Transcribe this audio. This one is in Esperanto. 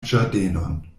ĝardenon